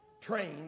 Trained